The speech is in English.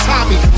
Tommy